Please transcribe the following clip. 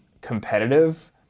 competitive